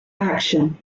action